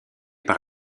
par